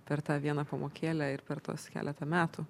per tą vieną pamokėlę ir per tuos keletą metų